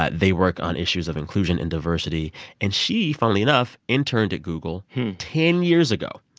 ah they work on issues of inclusion and diversity and she, funnily enough, interned at google ten years ago.